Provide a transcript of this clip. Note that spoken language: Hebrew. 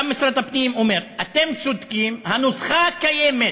גם משרד הפנים אומר: אתם צודקים, הנוסחה הקיימת